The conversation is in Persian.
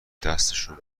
دستشون